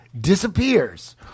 disappears